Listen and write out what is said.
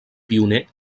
pioner